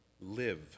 live